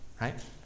right